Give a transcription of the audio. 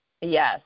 Yes